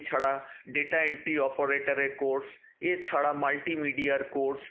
এছাড়া data entry অপারেটরের course এছাড়া মাল্টিমিডিয়ার কোর্স